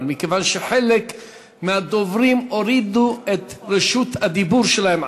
מכיוון שהחלק מהדוברים הורידו את רשות הדיבור שלהם,